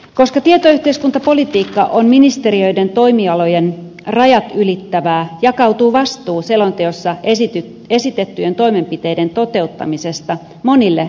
koska tietoyhteiskuntapolitiikka on ministeriöiden toimialojen rajat ylittävää jakautuu vastuu selonteossa esitettyjen toimenpiteiden toteuttamisesta monille eri tahoille